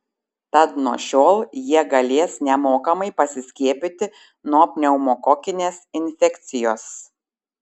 tad nuo šiol jie galės nemokamai pasiskiepyti nuo pneumokokinės infekcijos